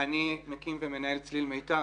אני מקים ומנהל צליל מיתר,